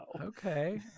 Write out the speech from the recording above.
Okay